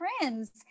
friends